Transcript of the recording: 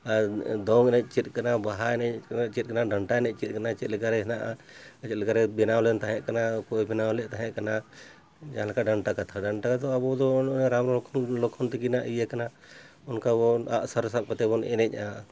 ᱟᱨ ᱫᱚᱝ ᱮᱱᱮᱡ ᱪᱮᱫ ᱠᱟᱱᱟ ᱵᱟᱦᱟ ᱮᱱᱮᱡ ᱪᱮᱫ ᱠᱟᱱᱟ ᱰᱟᱱᱴᱟ ᱮᱱᱮᱡ ᱪᱮᱫ ᱠᱟᱱᱟ ᱪᱮᱫᱞᱮᱠᱟ ᱨᱮ ᱦᱮᱱᱟᱜᱼᱟ ᱪᱮᱫᱞᱮᱠᱟ ᱨᱮ ᱵᱮᱱᱟᱣ ᱞᱮᱱ ᱛᱟᱦᱮᱸ ᱠᱟᱱᱟ ᱚᱠᱚᱭ ᱵᱮᱱᱟᱣᱞᱮᱫ ᱛᱟᱦᱮᱸ ᱠᱟᱱᱟ ᱡᱟᱦᱟᱸ ᱞᱮᱠᱟ ᱰᱟᱱᱴᱟ ᱠᱟᱛᱷᱟ ᱰᱟᱱᱴᱟᱠᱟ ᱫᱚ ᱟᱵᱚᱫᱚ ᱨᱟᱢ ᱞᱚᱠᱠᱷᱚᱱ ᱛᱟᱹᱠᱤᱱᱟᱜ ᱤᱭᱟᱹ ᱠᱟᱱᱟ ᱚᱱᱠᱟ ᱵᱚᱱ ᱟᱜᱼᱥᱟᱨ ᱥᱟᱵ ᱠᱟᱛᱮᱜ ᱵᱚᱱ ᱮᱱᱮᱡᱼᱟ